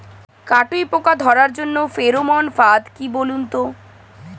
কাটুই পোকা ধরার জন্য ফেরোমন ফাদ কি বলুন তো?